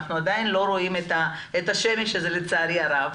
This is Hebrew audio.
אנחנו עדיין לא רואים את השמש לצערי הרב,